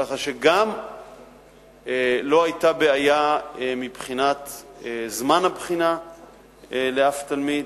כך שגם לא היתה בעיה מבחינת זמן הבחינה לאף תלמיד,